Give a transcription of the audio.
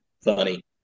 funny